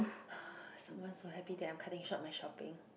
someone so happy that I'm cutting short my shopping